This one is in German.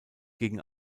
gegen